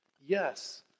Yes